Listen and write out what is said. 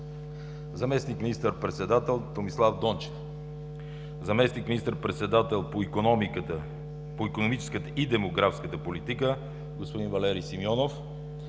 заместник министър-председател – Томислав Дончев, заместник министър-председател по икономическата и демографската политика – Валери Симеонов,